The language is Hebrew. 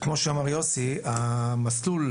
אז המסלול